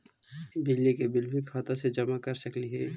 बिजली के बिल भी खाता से जमा कर सकली ही?